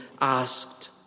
asked